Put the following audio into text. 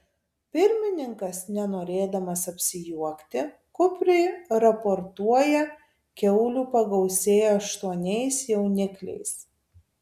pirmininkas nenorėdamas apsijuokti kupriui raportuoja kiaulių pagausėjo aštuoniais jaunikliais